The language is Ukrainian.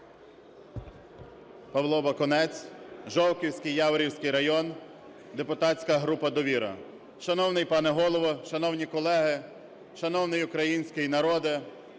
Павло Бакунець, Жовківський, Яворівський райони, депутатська група "Довіра". Шановний пане Голово, шановні колеги, шановний український народе!